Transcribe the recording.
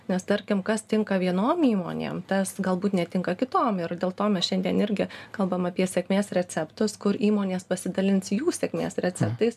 nes tarkim kas tinka vienom įmonėm tas galbūt netinka kitom ir dėl to mes šiandien irgi kalbam apie sėkmės receptus kur įmonės pasidalins jų sėkmės receptais